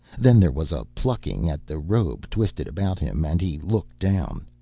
then there was a plucking at the robe twisted about him and he looked down.